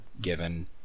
given